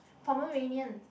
pomeranian